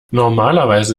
normalerweise